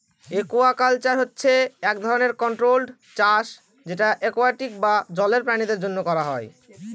aquaculture হচ্ছে এক ধরনের কন্ট্রোল্ড চাষ যেটা একুয়াটিক বা জলের প্রাণীদের জন্য করা হয়